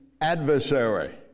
adversary